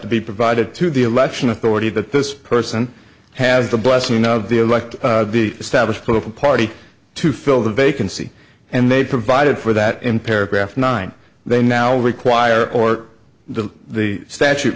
to be provided to the election authority that this person has the blessing of the elect the established political party to fill the vacancy and they provided for that in paragraph nine they now require or the the statute